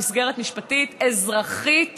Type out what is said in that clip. במסגרת משפטית-אזרחית